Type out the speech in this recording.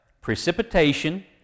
precipitation